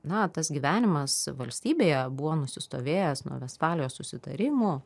na tas gyvenimas valstybėje buvo nusistovėjęs nuo vestfalijos susitarimų